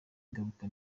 ingaruka